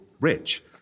rich